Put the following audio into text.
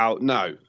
No